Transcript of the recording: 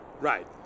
Right